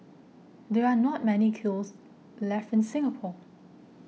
there are not many kilns left in Singapore